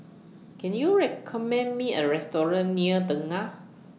Can YOU recommend Me A Restaurant near Tengah